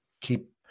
keep